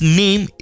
name